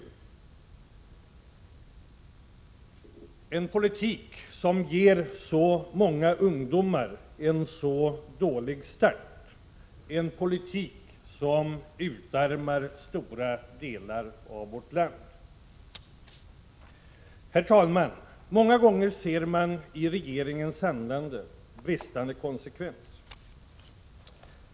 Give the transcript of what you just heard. Det är en politik som ger många ungdomar en dålig start, en politik som utarmar stora delar av vårt land. Herr talman! Många gånger ser man en bristande konsekvens i regeringens handlande.